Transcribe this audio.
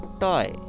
toy